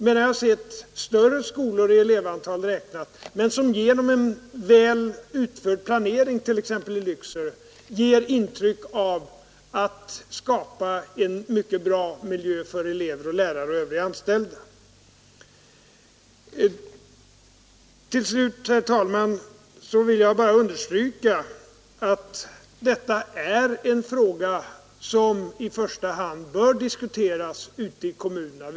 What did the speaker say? Men jag har också sett till elevantalet större skolor — t.ex. i Lycksele — som genom en väl utbyggd planering ger intryck av att skapa en mycket bra miljö för elever, lärare och övriga anställda. Till slut, herr talman, vill jag bara understryka att detta är en fråga som i första hand bör diskuteras ute i kommunerna.